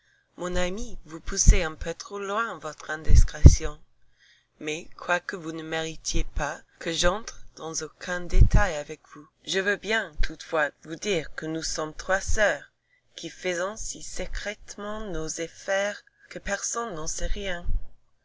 mon ami vous poussez un peu trop loin votre indiscrétion mais quoique vous ne méritiez pas que j'entre dans aucun détail avec vous je veux bien toutefois vous dire que nous sommes trois soeurs qui faisons si secrètement nos affaires que personne n'en sait rien